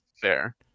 Fair